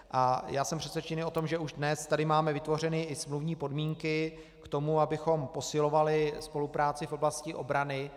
A jsem přesvědčen o tom, že už dnes tady máme vytvořeny i smluvní podmínky k tomu, abychom posilovali spolupráci v oblasti obrany.